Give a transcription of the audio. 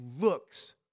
looks